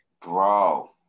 Bro